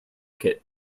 kit